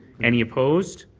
any opposed?